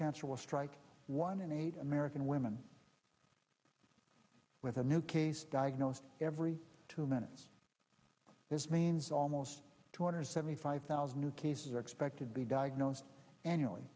cancer will strike one in eight american women with a new case diagnosed every two minutes this means almost two hundred seventy five thousand new cases are expected be diagnosed annually